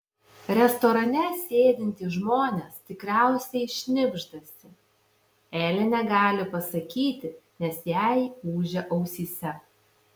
restorane sėdintys žmonės tikriausiai šnibždasi elė negali pasakyti nes jai ūžia ausyse